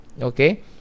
Okay